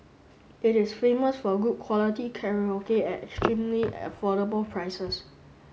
it is famous for good quality karaoke at extremely affordable prices